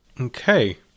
Okay